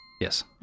Yes